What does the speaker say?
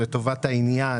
לטובת העניין.